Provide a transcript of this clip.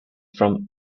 from